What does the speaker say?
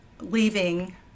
leaving